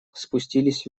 спустились